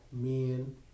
men